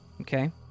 Okay